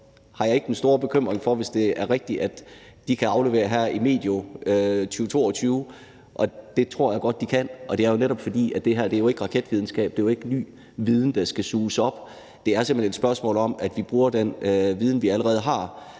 har ikke den store bekymring i forhold til det, hvis det er rigtigt, at de kan aflevere noget her medio 2022. Det tror jeg godt de kan, for det er jo ikke raketvidenskab. Det er jo ikke ny viden, der skal suges op. Det er simpelt hen et spørgsmål om, at vi bruger den viden, vi allerede har,